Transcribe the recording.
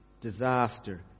disaster